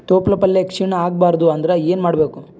ತೊಪ್ಲಪಲ್ಯ ಕ್ಷೀಣ ಆಗಬಾರದು ಅಂದ್ರ ಏನ ಮಾಡಬೇಕು?